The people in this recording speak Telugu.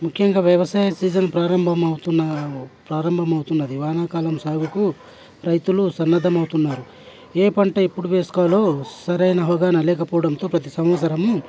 ముఖ్యంగా వ్యవసాయ సీజన్ ప్రారంభం అవుతున్న ప్రారంభం అవుతున్నది వానాకాలం సాగుకు రైతులు సన్నద్ధమవుతున్నారు ఏ పంట ఇప్పుడు వేసుకోవాలో సరైన అవగాహన లేకపోవడంతో ప్రతీ సంవత్సరం